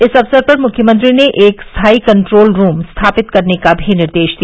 इस अवसर पर मुख्यमंत्री ने एक स्थायी कंट्रोल रूम स्थापित करने का भी निर्देश दिया